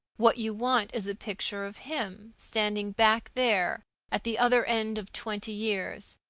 what you want is a picture of him, standing back there at the other end of twenty years.